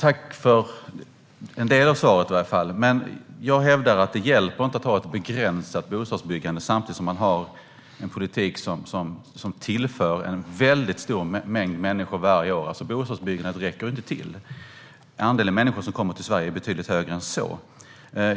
Herr talman! Tack för i varje fall en del av svaret! Jag hävdar dock att det inte hjälper att ha ett begränsat bostadsbyggande samtidigt som man har en politik som tillför en väldigt stor mängd människor varje år. Bostadsbyggandet räcker inte till. Andelen människor som kommer till Sverige är betydligt högre än det.